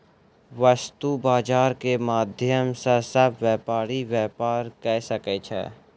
वस्तु बजार के माध्यम सॅ सभ व्यापारी व्यापार कय सकै छै